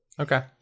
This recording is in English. Okay